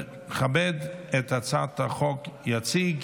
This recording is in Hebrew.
ותיכנס לספר החוקים.